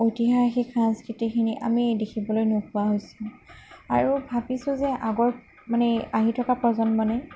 ঐতিহাসিক সংস্কৃতিখিনি আমি দেখিবলৈ নোপোৱা হৈছোঁ আৰু ভাবিছোঁ যে আগৰ মানে আহি থকা প্ৰজন্মলৈ